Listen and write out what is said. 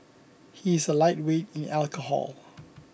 he is a lightweight in alcohol